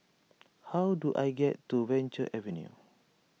how do I get to Venture Avenue